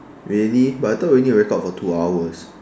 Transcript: really but I thought we need to record for two hours